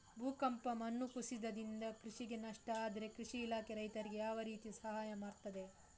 ಭೂಕಂಪ, ಮಣ್ಣು ಕುಸಿತದಿಂದ ಕೃಷಿಗೆ ನಷ್ಟ ಆದ್ರೆ ಕೃಷಿ ಇಲಾಖೆ ರೈತರಿಗೆ ಯಾವ ರೀತಿಯಲ್ಲಿ ಸಹಾಯ ಮಾಡ್ತದೆ?